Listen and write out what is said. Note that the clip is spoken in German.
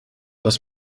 was